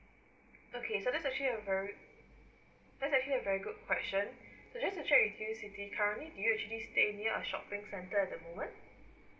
okay so that's actually a very that's actually a very good question just to check with you siti currently do you actually staying near a shopping center at the moment